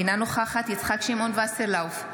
אינה נוכחת יצחק שמעון וסרלאוף,